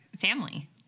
family